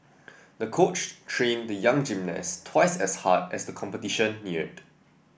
the coach trained the young gymnast twice as hard as the competition neared